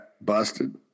busted